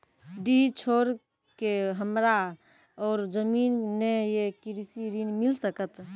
डीह छोर के हमरा और जमीन ने ये कृषि ऋण मिल सकत?